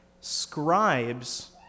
Scribes